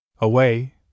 Away